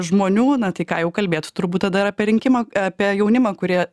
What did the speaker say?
žmonių na tai ką jau kalbėt turbūt tada ir apie rinkimą apie jaunimą kurie